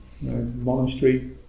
Monastery